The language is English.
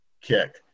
kick